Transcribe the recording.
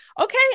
okay